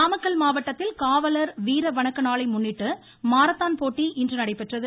marathon Namakkal மாவட்டத்தில் காவலர் வீர வணக்க நாளை முன்னிட்டு மாரத்தான் போட்டி இன்று நடைபெற்றது